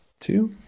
two